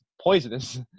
poisonous